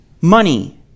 money